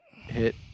hit